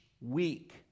week